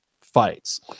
fights